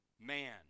man